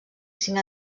cinc